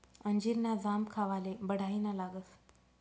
अंजीर ना जाम खावाले बढाईना लागस